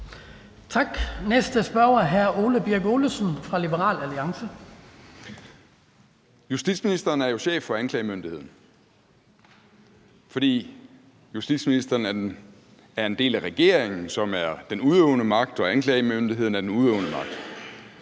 Kl. 17:38 Ole Birk Olesen (LA): Justitsministeren er jo chef for anklagemyndigheden, for justitsministeren er en del af regeringen, som er den udøvende magt, og anklagemyndigheden er den udøvende magt.